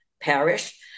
parish